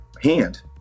hand